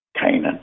Canaan